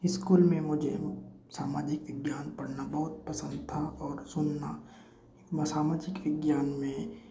school में मुझे सामाजिक विज्ञान पढ़ना बहुत पसंद था और सुनना व सामाजिक विज्ञान में